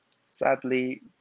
Sadly